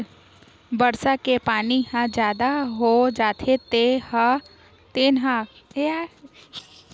बरसा के पानी ह जादा हो जाथे तेन ह खेत खार ले बोहा के नरूवा म जाथे